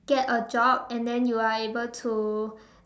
get a job and then you are able to